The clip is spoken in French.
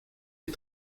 les